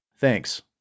Thanks